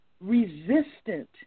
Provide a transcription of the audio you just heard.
resistant